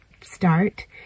start